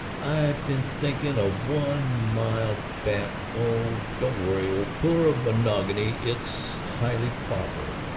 i've been thinking of one mild bat oh, don't worry, old pillar of monogamy it's highly proper.